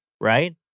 right